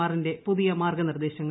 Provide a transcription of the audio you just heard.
ആറിന്റെ പുതിയ മാർഗ്ഗനിർദ്ദേശങ്ങൾ